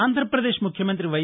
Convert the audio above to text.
ఆంధ్రప్రదేశ్ ముఖ్యమంతి వై